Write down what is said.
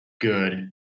good